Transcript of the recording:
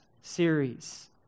series